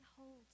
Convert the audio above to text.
holds